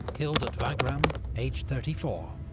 killed at wagram aged thirty four.